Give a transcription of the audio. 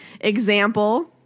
Example